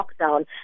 lockdown